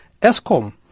ESCOM